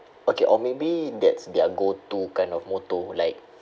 okay or maybe that's their go to kind of motto like